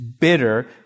bitter